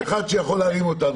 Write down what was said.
אם יש אחד שיכול להרים אותם,